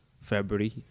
February